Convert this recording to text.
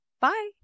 Bye